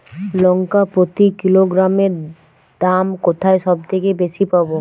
লঙ্কা প্রতি কিলোগ্রামে দাম কোথায় সব থেকে বেশি পাব?